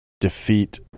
defeat